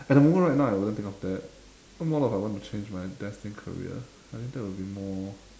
at the moment right now I wouldn't think of that what more I want to change my destined career I think that will be more